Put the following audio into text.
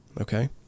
Okay